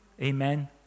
Amen